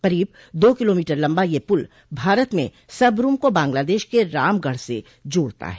करीब दो किलोमीटर लंबा यह पुल भारत में सबरूम को बांग्लादेश के रामगढ़ से जोड़ता है